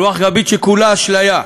רוח גבית שכולה אשליה,